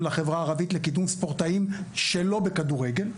לחברה הערבית לקידום ספורטאים שלא בכדורגל.